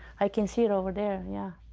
i can see it over there, yeah.